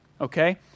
okay